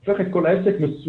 זה הופך את כל העסק מסורבל